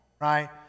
Right